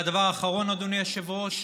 והדבר האחרון, אדוני היושב-ראש,